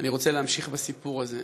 אני רוצה להמשיך בסיפור הזה.